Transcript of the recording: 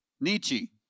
Nietzsche